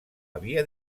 havia